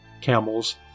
camels